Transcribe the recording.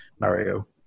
Mario